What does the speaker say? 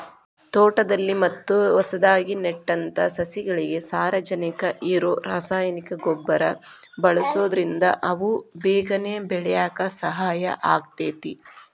ತೋಟದಲ್ಲಿ ಮತ್ತ ಹೊಸದಾಗಿ ನೆಟ್ಟಂತ ಸಸಿಗಳಿಗೆ ಸಾರಜನಕ ಇರೋ ರಾಸಾಯನಿಕ ಗೊಬ್ಬರ ಬಳ್ಸೋದ್ರಿಂದ ಅವು ಬೇಗನೆ ಬೆಳ್ಯಾಕ ಸಹಾಯ ಆಗ್ತೇತಿ